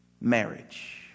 marriage